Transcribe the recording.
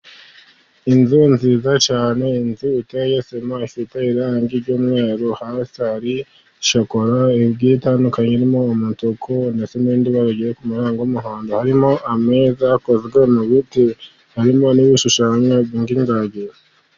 Inzu nziza cyane, inzu iteye sima hari irangi ry'umweru hasi hari shokora igiye itandukanye ,irimo imituku n'irindi rigiye kumera nk'umuhondo, harimo ameza akozwe mu biti harimo n'ibishushanyo by'ingagi.